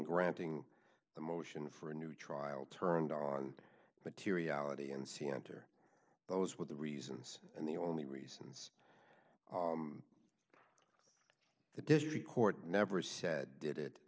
granting the motion for a new trial turned on but to reality and see enter those were the reasons and the only reasons the district court never said did it